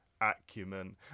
acumen